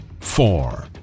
four